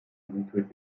niedrig